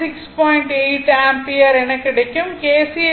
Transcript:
8o ampere எனக் கிடைக்கும்